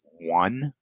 one